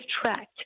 tracked